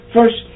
First